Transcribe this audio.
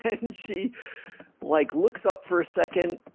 then she like looks up for a second.